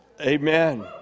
Amen